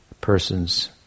persons